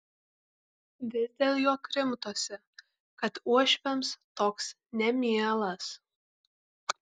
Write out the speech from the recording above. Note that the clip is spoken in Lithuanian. vis dėl jo krimtosi kad uošviams toks nemielas